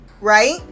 right